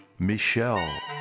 Michelle